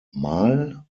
mal